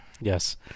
Yes